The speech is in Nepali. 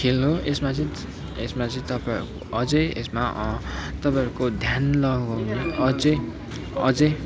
खेल हो यसमा चाहिँ यसमा चाहिँ तपाईँहरूको अझै यसमा तपाईँहरूको ध्यान लगाउने अझै अझै